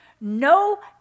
No